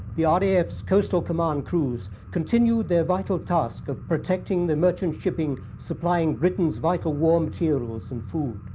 the ah the raf's coastal command crews continued their vital task of protecting the merchant shipping supplying britain's vital war materials and food.